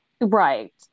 Right